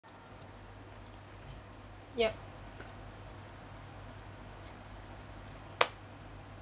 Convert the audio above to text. yup